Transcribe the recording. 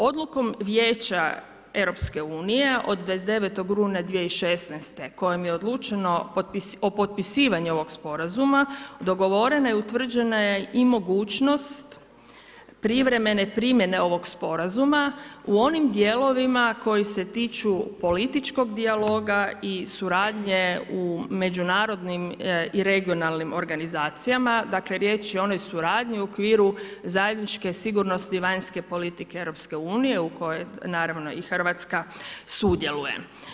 Odlukom Vijeća EU-a od 29. rujna 2016. kojom je odlučeno o potpisivanju ovog sporazuma, dogovorena je i utvrđena i mogućnost privremene primjene ovog sporazuma u onim dijelovima koji se tiču političkog dijaloga i suradnje u međunarodnim i regionalnim organizacijama, dakle riječ je o onoj suradnji u okviru zajedničke sigurnosti vanjske politike EU-a u kojoj naravno i Hrvatska sudjeluje.